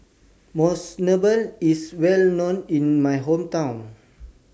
Monsunabe IS Well known in My Hometown